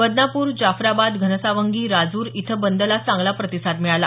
बदनापूर जाफराबाद घनसावंगी राजूर इथं बंदला चांगला प्रतिसाद मिळाला